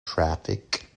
traffic